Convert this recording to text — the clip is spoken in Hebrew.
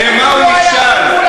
במה הוא נכשל?